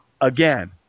again